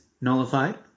nullified